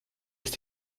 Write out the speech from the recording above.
ist